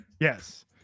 Yes